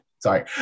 sorry